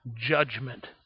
judgment